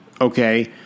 Okay